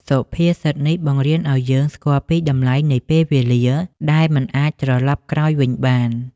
សុភាសិតនេះបង្រៀនឱ្យយើងស្គាល់ពីតម្លៃនៃពេលវេលា ដែលមិនអាចត្រលប់ក្រោយវិញបាន។